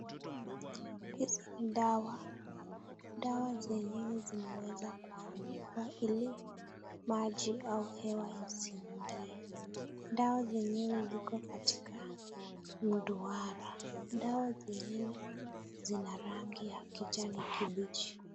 Hizi ni dawa, dawa zenyewe zinaeza funikwa ili maji au hewa isiweze kuingia, dawa zenyewe ziko katika duara, dawa zenyewe zina rangi ya kijani kibichi.